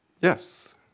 Yes